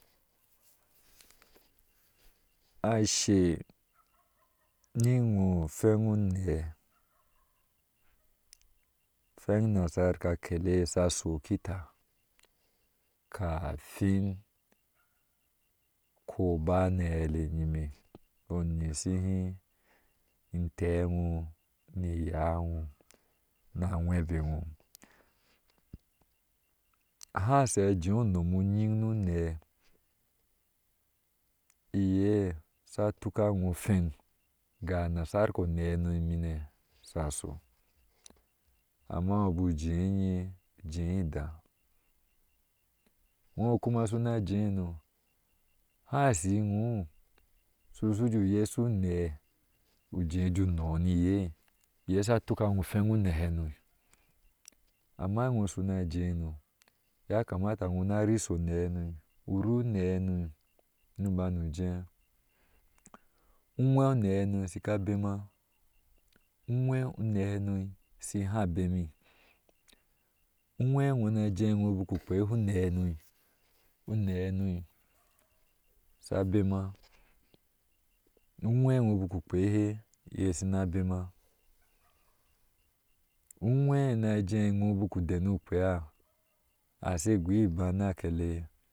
ashɛ ni iwɔɔ fen unee fan nasar ka kde yee sha sho kita, kafin koba na aɛli yime yishihe inte wɔɔ ni iyagwɔɔ na awebe wɔɔ, ha she ajee unom uŋyin nunee iye sha tuka wɔɔ frŋ ga nasar ke nee nommine sasa, amma buje anjaa je bedaa wɔɔ kuma suna jee nɔɔ hashi inwɔɔ shi shute yeshu unee ujeeju nɔɔ ni iye iye shi shute yeshu unee ujeeju nɔɔ ni, iye iye sha ruka iewɔɔ feŋ unehano, amma iwɔɔ shuna jeno yakamta wɔɔna rishi oneenɔɔ uri une nɔɔ nu banuje uwee unehano shika bema uwee une hano shi he bemi iwee wɔnaje iwɔɔ biku u kpea unehanu une hano sa bema uwee wɔɔ bik ukpehe iyesine bema uwee najee wɔɔ u bik ukpea, ashe goi idan na akele.